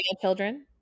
children